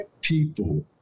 people